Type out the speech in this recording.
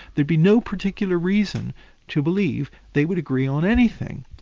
there'd be no particular reason to believe they would agree on anything,